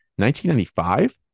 1995